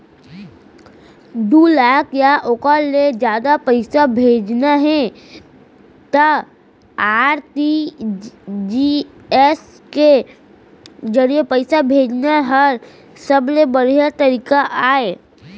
दू लाख या ओकर ले जादा पइसा भेजना हे त आर.टी.जी.एस के जरिए पइसा भेजना हर सबले बड़िहा तरीका अय